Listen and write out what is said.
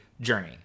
journey